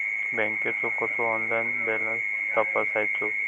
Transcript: बँकेचो कसो online balance तपासायचो?